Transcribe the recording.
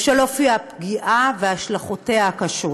בשל אופי הפגיעה והשלכותיה הקשות.